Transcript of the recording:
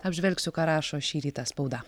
apžvelgsiu ką rašo šį rytą spauda